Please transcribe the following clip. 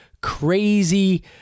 crazy